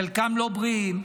חלקם לא בריאים,